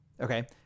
Okay